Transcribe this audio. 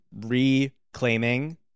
reclaiming